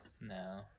No